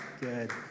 good